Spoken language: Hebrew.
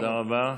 תודה רבה.